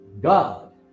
God